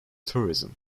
tourism